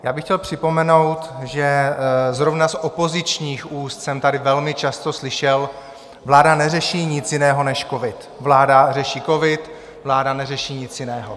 Já bych chtěl připomenout, že zrovna z opozičních úst jsem tady velmi často slyšel: Vláda neřeší nic jiného než covid, vláda řeší covid, vláda neřeší nic jiného.